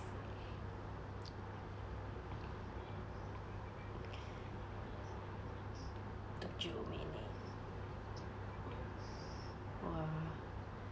told you ain't it !wah!